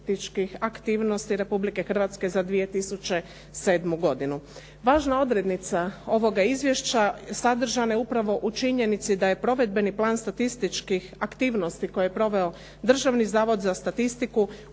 statističkih aktivnosti Republike Hrvatske za 2007. godinu. Važna odrednica ovoga Izvješća sadržana je upravo u činjenici da je provedbeni plan statističkih aktivnosti koje je proveo Državni zavod za statistiku u